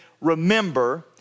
remember